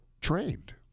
trained